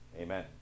Amen